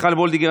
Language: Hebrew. מיכל וולדיגר,